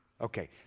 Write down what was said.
Okay